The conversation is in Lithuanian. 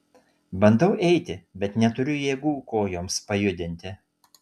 bandau eiti bet neturiu jėgų kojoms pajudinti